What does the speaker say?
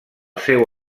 seu